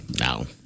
No